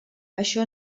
això